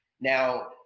now